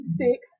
six